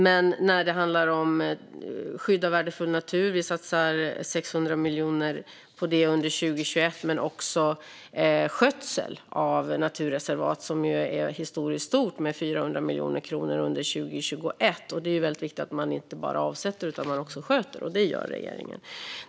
Vi satsar 600 miljoner på skydd av värdefull natur under 2021. Men vi gör också en historiskt stor satsning på skötsel av naturreservat: 400 miljoner kronor under 2021. Det är väldigt viktigt att man inte bara avsätter utan att man också sköter, och det gör regeringen.